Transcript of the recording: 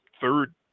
third